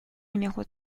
numéro